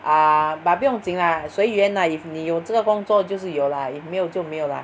ah but 不用紧 lah 随缘 lah if 你有这个工作就是有 lah if 没有就没有 lah